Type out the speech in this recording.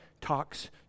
talks